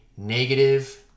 negative